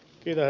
pitää